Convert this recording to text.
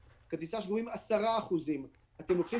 ואילו כרטיסי האשראי גובים ממוצע של 10%. אתם לוקחים